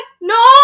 No